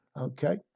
Okay